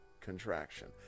contraction